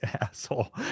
Asshole